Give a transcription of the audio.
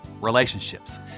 relationships